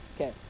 okay